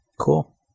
Cool